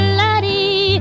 laddie